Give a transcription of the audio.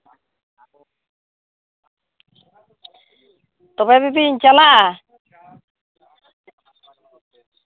ᱛᱚᱵᱮ ᱫᱤᱫᱤᱧ ᱪᱟᱞᱟᱜᱼᱟ